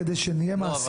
כדי שנהיה מעשיים.